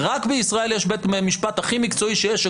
רק בישראל יש בית משפט הכי מקצועי שיש,